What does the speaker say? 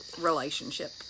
relationship